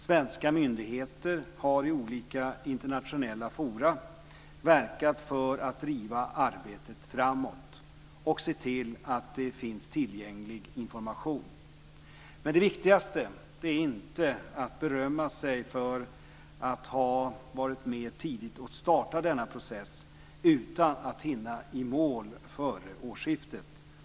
Svenska myndigheter har i olika internationella forum verkat för att driva arbetet framåt och se till att det finns tillgänglig information, men det viktigaste är inte att berömma sig för att ha varit med tidigt och starta denna process utan att hinna i mål före årsskiftet.